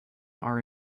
are